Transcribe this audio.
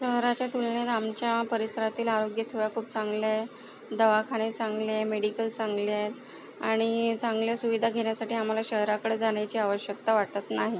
शहराच्या तुलनेत आमच्या परिसरातील आरोग्य सेवा खूप चांगली आहे दवाखाने चांगले आहे मेडिकल चांगले आहे आणि चांगल्या सुविधा घेण्यासाठी आम्हाला शहराकडे जाण्याची आवश्यकता वाटत नाही